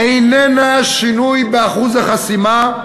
איננה שינוי באחוז החסימה,